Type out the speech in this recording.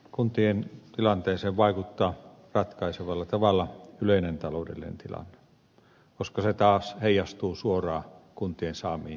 kuntien tilanteeseen vaikuttaa ratkaisevalla tavalla yleinen taloudellinen tilanne koska se taas heijastuu suoraan kuntien saamiin verotuloihin